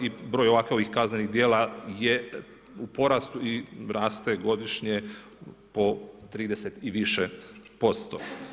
I broj ovakvih kaznenih dijela je u porastu i raste godišnje po 30 i više posto.